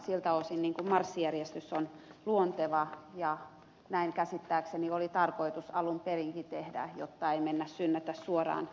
siltä osin marssijärjestys on luonteva ja näin käsittääkseni oli tarkoitus alun perinkin tehdä jotta ei rynnätä suoraan osaratkaisuihin